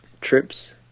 trips